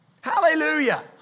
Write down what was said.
Hallelujah